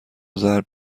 ضرب